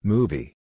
Movie